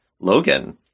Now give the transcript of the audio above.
logan